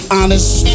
honest